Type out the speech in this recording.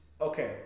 Okay